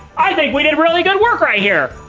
i think we did really good work right here.